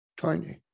tiny